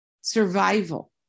survival